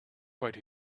quite